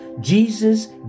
Jesus